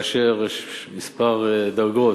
ויש כמה דרגות,